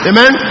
Amen